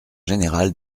général